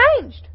changed